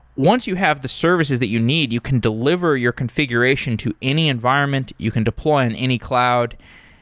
once you have the services that you need, you can delivery your configuration to any environment, you can deploy on any cloud,